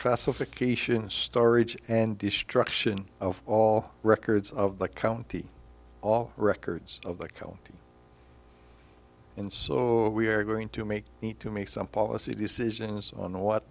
classification and storage and destruction of all records of the county all records of the co and so we are going to make need to make some policy decisions on